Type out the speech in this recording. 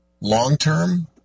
long-term